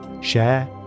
share